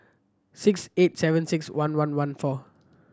six eight seven six one one one four